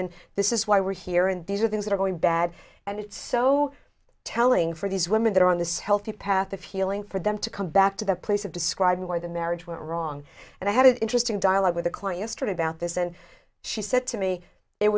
and this is why we're here and these are things that are going bad and it's so telling for these women that are on this healthy path of healing for them to come back to the place of describing where the marriage went wrong and i had an interesting dialogue with a client straight about this and she said to me it